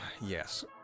Yes